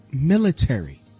military